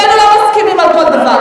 אז שנינו לא מסכימים על כל דבר.